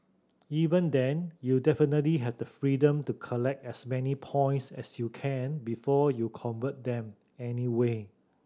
even then you definitely have the freedom to collect as many points as you can before you convert them anyway